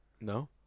No